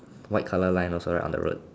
white colour line also right on the road